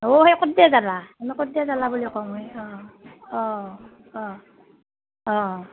অঁ সেই কদ্দেই জালা আমি কদ্দেই জালা বুলি কওঁ মই অঁ অঁ অঁ অঁ